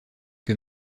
que